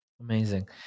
Amazing